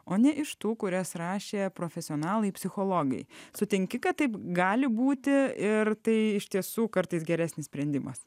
o ne iš tų kurias rašė profesionalai psichologai sutinki kad taip gali būti ir tai iš tiesų kartais geresnis sprendimas